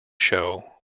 show